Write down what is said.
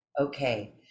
Okay